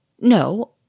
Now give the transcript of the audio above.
No